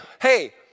hey